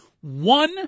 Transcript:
One